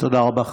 תודה רבה.